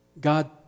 God